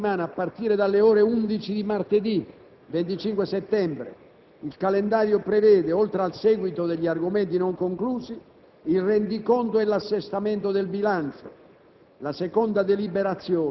Per la prossima settimana, a partire dalle ore 11 di martedì 25 settembre, il calendario prevede - oltre al seguito degli argomenti non conclusi - il rendiconto e l'assestamento del bilancio,